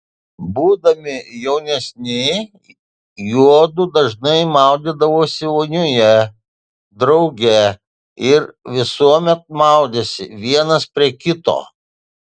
būdami jaunesni juodu dažnai maudydavosi vonioje drauge ir visuomet maudėsi vienas prie kito